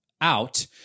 out